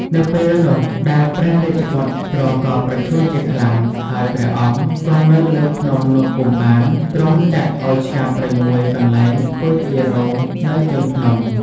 នៅពេលនោះដែលព្រះរាជបុត្រទ្រង់ក៏ប្រឈួនជាខ្លាំង ហើយព្រះអង្គគង់នៅលើភ្នំនោះពុំបាន ទ្រង់ចាត់ឲ្យឆ្ការព្រៃមួយកន្លែងធ្វើជារោងនៅជើងភ្នំ។